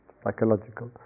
psychological